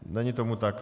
Není tomu tak.